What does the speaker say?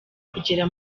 kugera